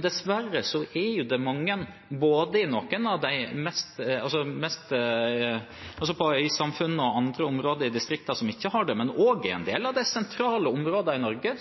Dessverre er det mange både øysamfunn og andre områder i distriktene som ikke har det, men også en del av de sentrale områdene i Norge.